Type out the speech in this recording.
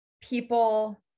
people